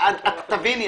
לא הוגש.